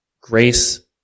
grace